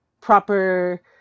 proper